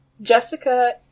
Jessica